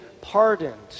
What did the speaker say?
pardoned